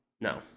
No